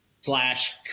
slash